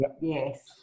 Yes